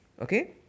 Okay